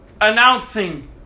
announcing